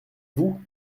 vous